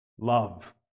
love